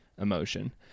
emotion